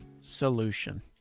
solution